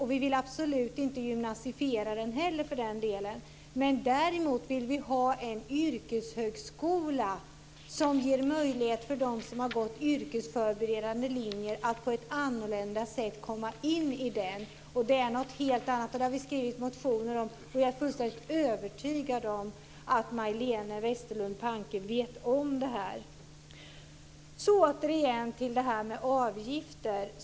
Vi vill absolut inte gymnasifiera den heller. Däremot vill vi ha en yrkeshögskola som ger möjlighet för dem som har gått yrkesförberedande linjer att på ett annorlunda sätt komma in på den. Det är något helt annat. Vi har skrivit motioner om detta. Jag är fullständigt övertygad om att Majléne Westerlund Panke vet om detta. Så återigen till detta med avgifter.